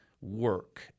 work